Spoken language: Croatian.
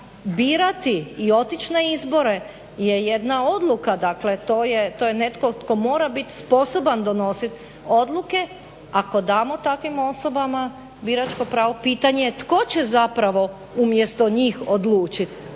birati i otići na izbore je jedna odluka. Dakle, to je netko tko mora biti sposoban donositi odluke. Ako damo takvim osobama biračko pravo pitanje je tko će zapravo umjesto njih odlučiti